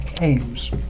aims